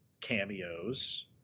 cameos